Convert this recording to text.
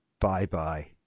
bye-bye